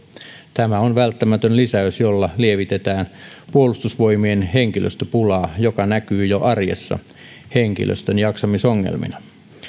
tämä on välttämätön lisäys jolla lievitetään puolustusvoimien henkilöstöpulaa joka näkyy jo arjessa henkilöstön jaksamisongelmina